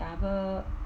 double